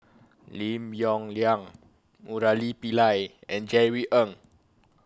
Lim Yong Liang Murali Pillai and Jerry Ng